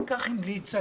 כך המליצה,